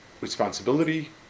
responsibility